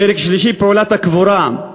פרק שלישי, פעולת הקבורה.